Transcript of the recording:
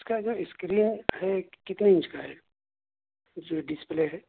اس کا جو اسکرین ہے کتنے انچ کا ہے اس میں ڈسپلے ہے